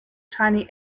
tiny